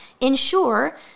Ensure